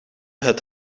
het